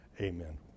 Amen